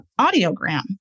audiogram